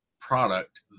product